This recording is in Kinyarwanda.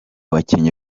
bakinnyi